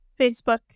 Facebook